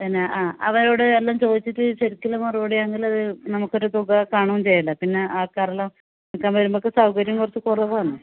പിന്നെ ആ അവരോട് എല്ലാം ചോദിച്ചിട്ട് ശരിക്കുള്ള മറുപടി ആണെങ്കിൽ അത് നമുക്ക് ഒരു തുക കാണുകയും ചെയ്യണ്ടേ പിന്നെ ആൾക്കാരെല്ലാം വയ്ക്കാൻ വരുമ്പോഴേക്ക് സൗകര്യം കുറച്ച് കുറവാണ്